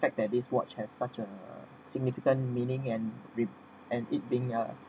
fact tabbies watch has such a significant meaning and and it being a